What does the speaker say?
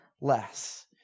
less